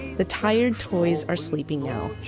the tired toys are sleeping now,